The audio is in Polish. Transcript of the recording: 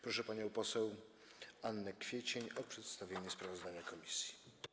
Proszę panią poseł Annę Kwiecień o przedstawienie sprawozdania komisji.